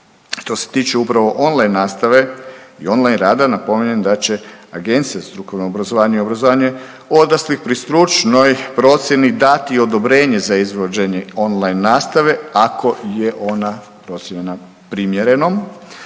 Što se tiče upravo online nastave i online rada napominjem da će Agencija za strukovno obrazovanje i obrazovanje odraslih pri stručnoj procjeni dati odobrenje za izvođenje online nastave ako je ona …/Govornik se ne